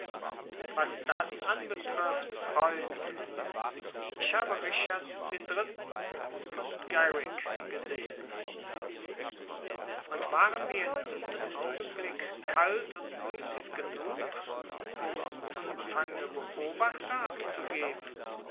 was das anbetrifft freund ich habe richard den dritten von garrick gesehen und waren wir in diesem augenblick kalt und müßig genug um unbefangene beobachter abzugeben